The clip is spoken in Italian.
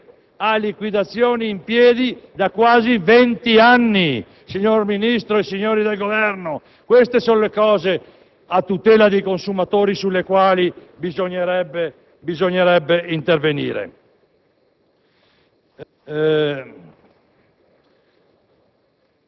è l'ente che provvede alle liquidazioni coatte, a liquidazioni in piedi da quasi vent'anni. Signor Ministro e signori del Governo, queste sono le cose a tutela dei consumatori su cui si dovrebbe intervenire!